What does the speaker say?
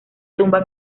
tumba